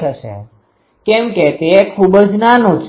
થશે કેમ કે તે ખૂબ જ નાનું મૂલ્ય છે